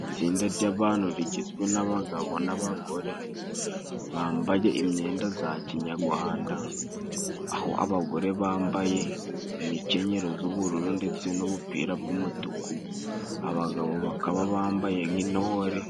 Itsinda ry'abantu rigizwe n'abagabo n'abagore bambaye imyenda za kinyagwanda, aho abagore bambaye imikenyero z'ubururu ndetse n'ubupira bw'umutuku. Abagabo bakaba bambaye nk'intore